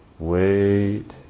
Wait